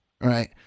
right